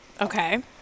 Okay